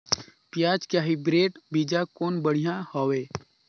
पियाज के हाईब्रिड बीजा कौन बढ़िया हवय?